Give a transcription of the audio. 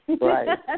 Right